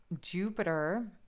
Jupiter